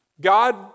God